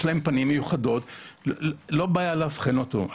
יש להם פנים מיוחדות ואין בעיה לאבחן אותם.